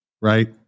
right